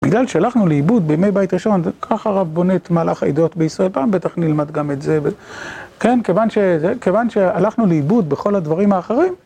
בגלל שהלכנו לאיבוד בימי בית ראשון, זה ככה רב בונה את מהלך העדות בישראל, פעם בטח נלמד גם את זה. כן, כיוון שהלכנו לאיבוד בכל הדברים האחרים.